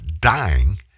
dying